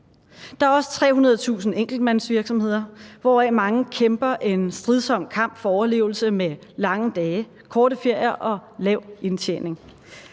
Der er også 300.000 enkeltmandsvirksomheder, hvoraf mange kæmper en stridsom kamp for overlevelse med lange dage, korte ferier og lav indtjening.